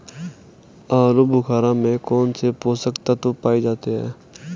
आलूबुखारा में कौन से पोषक तत्व पाए जाते हैं?